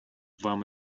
вам